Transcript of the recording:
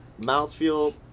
Mouthfeel